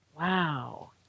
Wow